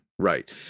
Right